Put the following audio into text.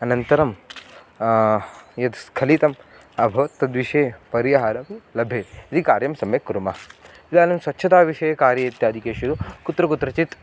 अनन्तरं यद् स्खलितम् अभवत् तद्विषये परिहारः लभेत् यदि कार्यं सम्यक् कुर्मः इदानीं स्वच्छताविषये कार्ये इत्यादिकेषु कुत्र कुत्रचित्